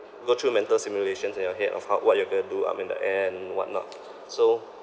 go through mental simulations in your head of how what you're going to do up in the air and whatnot so